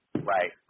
right